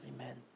Amen